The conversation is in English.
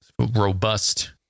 Robust